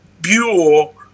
Buell